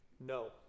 No